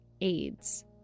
AIDS